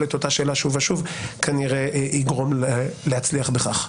את אותה שאלה שוב ושוב כנראה יגרום להצליח בכך,